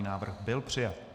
Návrh byl přijat.